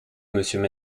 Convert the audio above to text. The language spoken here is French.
monsieur